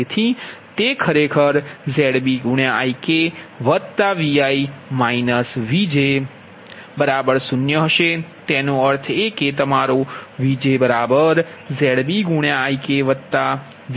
તેથી તે ખરેખર ZbIkVi Vj 0 હશે તેનો અર્થ એ કે તમારો VjZbIkVi અધિકાર છે